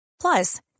Plus